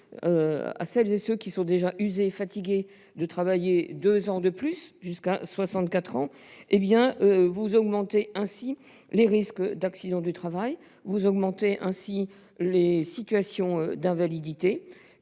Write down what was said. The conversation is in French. à celles et à ceux qui sont déjà usés et fatigués de travailler deux ans de plus, jusqu’à 64 ans, vous augmentez les risques d’accident du travail et les situations d’invalidité.